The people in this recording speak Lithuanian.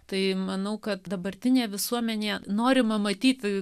tai manau kad dabartinėje visuomenėje norima matyti